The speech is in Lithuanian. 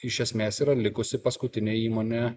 iš esmės yra likusi paskutinė įmonė